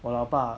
我老爸